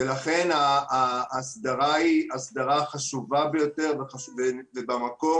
לכן, ההסדרה היא הסדרה חשובה ביותר ובמקום.